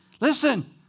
Listen